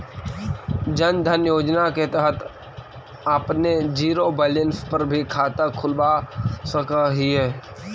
जन धन योजना के तहत आपने जीरो बैलेंस पर भी खाता खुलवा सकऽ हिअ